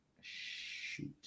Shoot